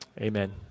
Amen